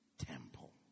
Temple